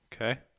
Okay